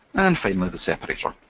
and finally the separator.